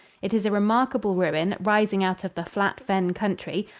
it is a remarkable ruin, rising out of the flat fen country,